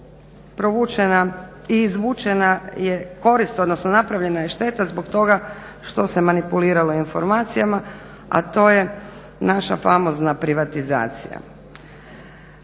provučena i izvučena je korist, odnosno napravljana je šteta zbog toga što se manipuliralo informacijama, a to je naša famozna privatizacija.